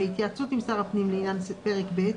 בהתייעצות עם שר הפנים לעניין פרק ב',